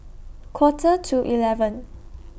Quarter to eleven